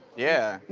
yeah.